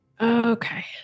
Okay